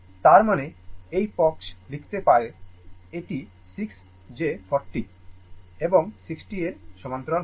তার মানে এই পক্ষ লিখতে পারি এটি 6 যে 40 এবং 60 এর সমান্তরাল হবে